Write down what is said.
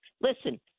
Listen